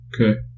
Okay